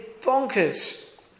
bonkers